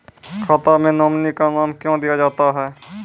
खाता मे नोमिनी का नाम क्यो दिया जाता हैं?